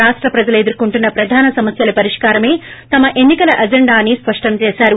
రాష్ట ప్రజలు ఎదుర్కోంటున్న ప్రధాన సమస్యల పరిష్కారమే తమ ఎన్ని కల ఎజెండా అని స్పష్టం చేశారు